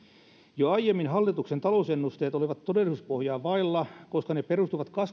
jo aiemmin hallituksen talousennusteet olivat todellisuuspohjaa vailla koska ne perustuvat